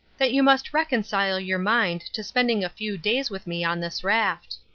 that you must reconcile your mind to spending a few days with me on this raft.